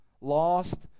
lost